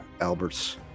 Albert's